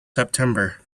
september